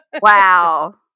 Wow